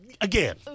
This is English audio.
Again